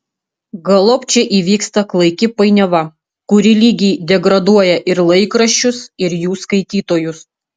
galop čia įvyksta klaiki painiava kuri lygiai degraduoja ir laikraščius ir jų skaitytojus